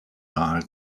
naher